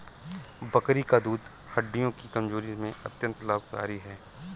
बकरी का दूध हड्डियों की कमजोरी में अत्यंत लाभकारी है